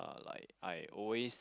ah like I always